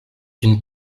une